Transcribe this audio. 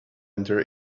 enter